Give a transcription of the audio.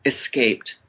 escaped